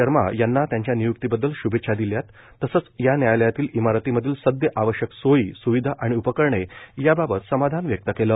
शर्मा यांना त्यांच्या निय्क्तीबद्दल श्भेच्छा दिल्यात तसंच या न्यायालयातील इमारतीमधील सदय आवश्यक सोयी स्विधा आणि उपकरणे याबाबत समाधान व्यक्त केलं